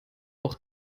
auch